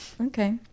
okay